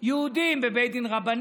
אנחנו שני אנשים יהודים בבית דין רבני,